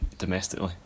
Domestically